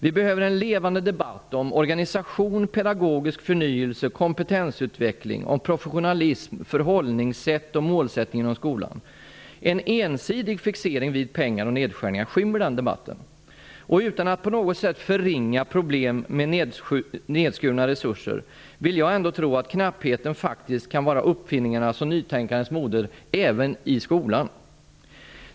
Vi behöver en levande debatt om organisation, pedagogisk förnyelse och kompetensutveckling, om professionalism, förhållningssätt och målsättning inom skolan. En ensidig fixering vid pengar och nedskärningar skymmer den debatten. Utan att på något sätt förringa problemen med nedskurna resurser vill jag ändå tro att knappheten faktiskt kan vara uppfinningarnas och nytänkandets moder även i skolan.